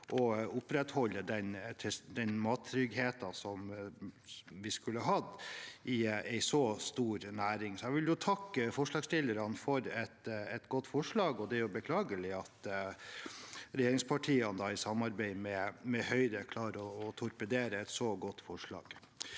å opprettholde den mattryggheten vi skulle hatt i en så stor næring. Jeg vil takke forslagsstillerne for et godt forslag, og det er beklagelig at regjeringspartiene i samarbeid med Høyre klarer å torpedere et så godt forslag.